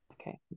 Okay